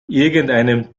irgendeinem